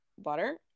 butter